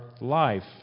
life